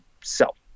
self